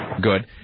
Good